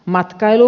matkailu